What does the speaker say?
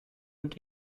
und